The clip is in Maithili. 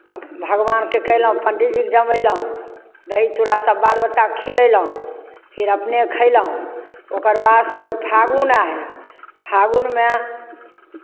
भगवानकेँ कयलहुँ पण्डीजीकेँ जमयलहुँ दही चूड़ा सभ बाल बच्चाकेँ खिलयलहुँ फेर अपने खयलहुँ ओकर बादसँ फागुन आयल फागुनमे